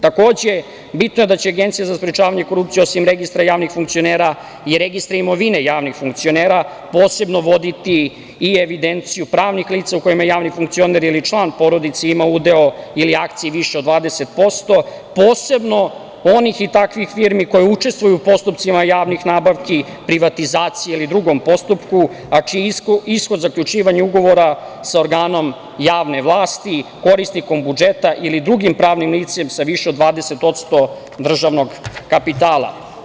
Takođe, bitno je da će Agencija za sprečavanje korupcije, osim Registra javnih funkcionera i Registra imovine javnih funkcionera, posebno voditi i evidenciju pravnih lica u kojima javni funkcioner ili član porodice ima udeo ili akcije više od 20%, posebno onih i takvih firmi koje učestvuju u postupcima javnih nabavki, privatizacije ili drugom postupku, a čiji ishod zaključivanja ugovora sa organom javne vlasti, korisnikom budžeta ili drugim pravnim licem sa više od 20% državnog kapitala.